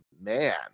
man